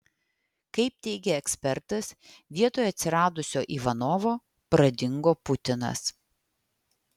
kaip teigia ekspertas vietoj atsiradusio ivanovo pradingo putinas